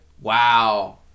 Wow